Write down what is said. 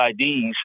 IDs